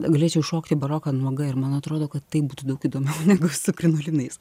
galėčiau šokti baroką nuoga ir man atrodo kad tai būtų daug įdomiau negu su krinolinais